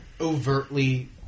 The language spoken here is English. overtly